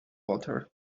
water